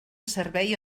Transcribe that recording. servei